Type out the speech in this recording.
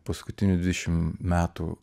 paskutinių dvidešimt metų